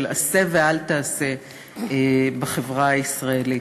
של עשה ואל תעשה בחברה הישראלית.